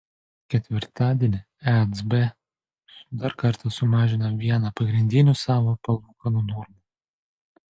ketvirtadienį ecb dar kartą sumažino vieną pagrindinių savo palūkanų normų